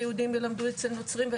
ויהודים ילמדו אצל נוצרים,